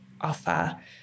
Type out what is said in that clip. offer